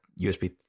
USB